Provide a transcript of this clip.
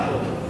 כבר הרווחנו.